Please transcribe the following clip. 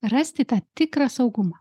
rasti tą tikrą saugumą